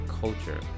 culture